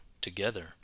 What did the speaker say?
together